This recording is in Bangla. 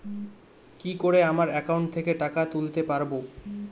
কি করে আমার একাউন্ট থেকে টাকা তুলতে পারব?